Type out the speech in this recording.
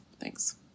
Thanks